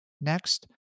Next